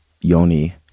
Yoni